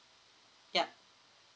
yup